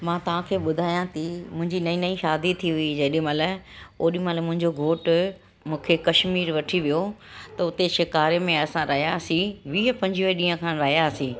मां तव्हांखे ॿुधायां थी मुंहिंजी नई नई शादी थी हुई जेॾीमहिल ओॾीमहिल मुंहिंजो घोटु मूंखे कश्मीर वठी वियो त उते शिकारे में असां रहियासीं वीह पंजवीह ॾींहं खनि रहियासीं